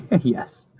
Yes